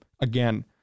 Again